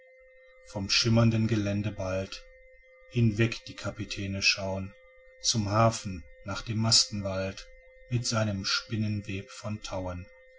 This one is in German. vom schimmernden gelände bald hinweg die kapitäne schauen zum hafen nach dem mastenwald mit seinem spinnenweb von tauen